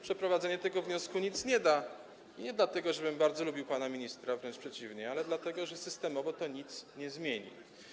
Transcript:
Przeprowadzenie tego wniosku nic nie da, nie dlatego, żebym bardzo lubił pana ministra, wręcz przeciwnie, ale dlatego, że systemowo to nic nie zmieni.